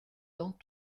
dans